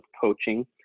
coaching